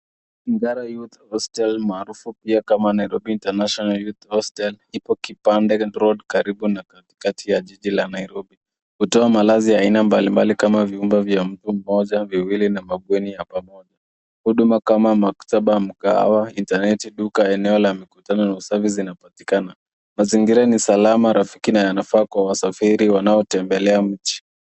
Ngara Youth Hostel maarufu pia kama Nairobi International Youth Hostel ipo Kipande Road karibu na katikati ya jiji la Nairobi. Hutoa malazi ya aina mbalimbali kama vyumba vya mtu mmoja, viwili na mabweni ya pamoja. Huduma kama maktaba, mkahawa, intaneti, duka na eneo la mikutano na usafi zinapatikana. Mazingira ni salama, rafiki na yanafaa kwa wasafiri wanaotembelea mji.